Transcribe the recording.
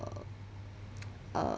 err